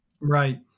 Right